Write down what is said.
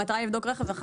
המטרה היא לבדוק רכב אחד.